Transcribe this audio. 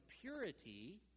purity